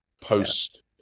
post